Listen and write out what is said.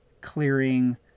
clearing